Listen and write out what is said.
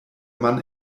mann